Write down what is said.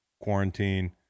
quarantine